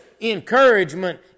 encouragement